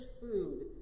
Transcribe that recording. food